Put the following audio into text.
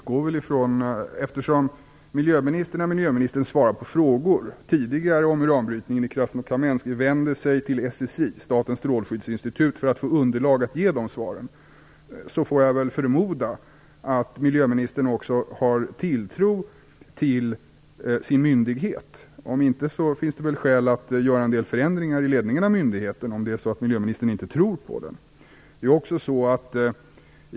Fru talman! Eftersom miljöministern när miljöministern tidigare har svarat på frågor om uranbrytningen i Krasnokamensk har vänt sig till SSI, Statens strålskyddsinstitut, för att få underlag att ge dessa svar får jag väl förmoda att miljöministern också har tilltro till sin myndighet. Om det är så att miljöministern inte tror på myndigheten finns det väl skäl att göra en del förändringar i ledningen av den.